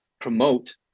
promote